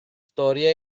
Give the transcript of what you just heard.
storia